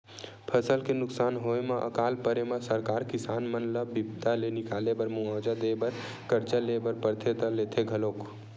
फसल के नुकसान होय म अकाल परे म सरकार किसान मन ल बिपदा ले निकाले बर मुवाजा देय बर करजा ले बर परथे त लेथे घलोक